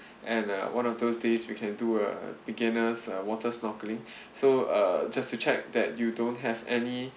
and uh one of those days we can do a beginner's uh water snorkeling so uh just to check that you don't have any